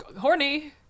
horny